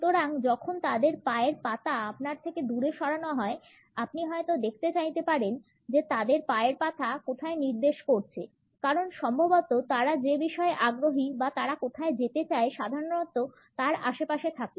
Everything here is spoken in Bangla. সুতরাং যখন তাদের পায়ের পাতা আপনার থেকে দূরে সরানো হয় আপনি হয়ত দেখতে চাইতে পারেন যে তাদের পায়ের পাতা কোথায় নির্দেশ করছে কারণ সম্ভবত তারা যে বিষয়ে আগ্রহী বা তারা কোথায় যেতে চায় সাধারণ তার আশেপাশে থাকে